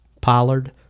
Pollard